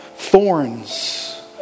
thorns